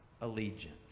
allegiance